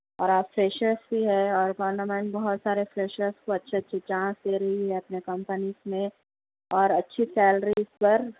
اور آپ فریشر بھی ہے اور گورنمنٹ بہت سارے فریشرس کو اچھے اچھے چانس دے رہی ہے اپنے کمپنیز میں اور اچھی سیلری پر